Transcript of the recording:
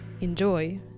enjoy